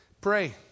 pray